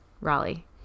Raleigh